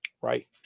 Right